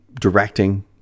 directing